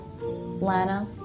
Lana